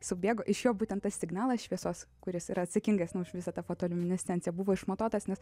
subėgo iš jo būtent tas signalas šviesos kuris yra atsakingas už visą tą fotoliuminescenciją buvo išmatuotas nes